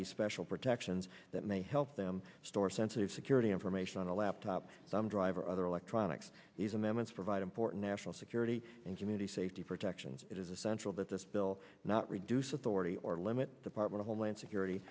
these special protections that may help them store sensitive security information on a laptop thumb drive or other electronics these amendments provide important national security and community safety protections it is essential that this bill not reduce authority or limit department of homeland security